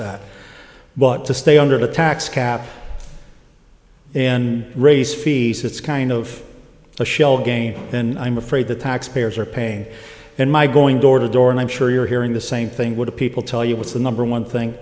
that but to stay under the tax cap in raise fees it's kind of a shell game and i'm afraid the taxpayers are paying and my going door to door and i'm sure you're hearing the same thing would people tell you with the number one thing